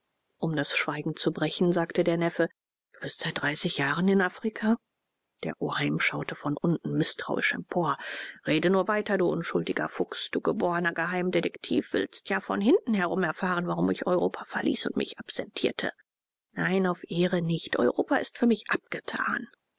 um das schweigen zu brechen sagte der neffe du bist seit dreißig jahren in afrika der oheim schaute von unten mißtrauisch empor rede nur weiter du unschuldiger fuchs du geborner geheimdetektiv willst ja von hinten herum erfahren warum ich europa verließ und mich absentierte nein auf ehre nicht europa ist für mich abgetan